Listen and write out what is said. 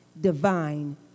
divine